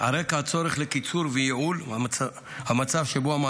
על רקע הצורך לקיצור וייעול המצב שבו לשם קבלת